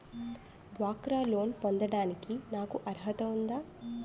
డ్వాక్రా లోన్ పొందటానికి నాకు అర్హత ఉందా?